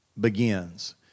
begins